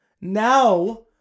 now